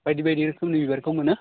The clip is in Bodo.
बायदि बायदि रोखोमनि बिबारखौ मोनो